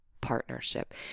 partnership